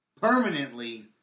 permanently